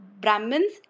Brahmins